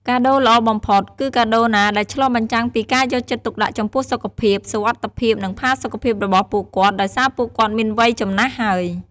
កាដូរល្អបំផុត គឺកាដូរណាដែលឆ្លុះបញ្ចាំងពីការយកចិត្តទុកដាក់ចំពោះសុខភាព សុវត្ថិភាព និងផាសុខភាពរបស់ពួកគាត់ដោយសារពួកគាត់មានវ័យចំណាស់ហើយ។